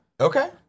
Okay